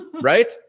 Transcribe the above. right